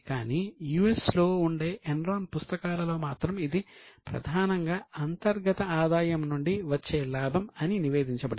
కానీ యుఎస్ లో ఉండే ఎన్రాన్ పుస్తకాలలో మాత్రం ఇది ప్రధానంగా అంతర్గత ఆదాయం నుండి వచ్చే లాభం అని నివేదించబడింది